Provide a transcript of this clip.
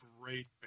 great